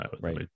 right